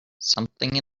something